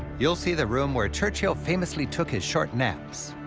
you'll see the room where churchill famously took his short naps.